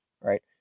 right